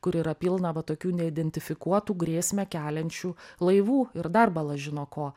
kur yra pilna va tokių neidentifikuotų grėsmę keliančių laivų ir dar bala žino ko